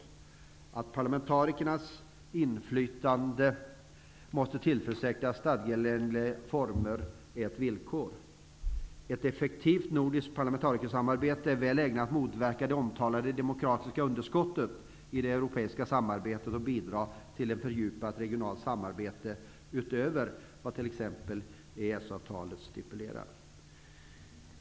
Ett villkor är att parlamentarikernas inflytande måste tillförsäkras stadgeenliga former. Ett effektivt nordiskt parlamentarikersamarbete är väl ägnat att motverka det omtalade demokratiska underskottet i det europeiska samarbetet och bidra till ett fördjupat regionalt samarbete utöver vad t.ex.